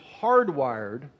hardwired